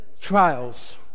trials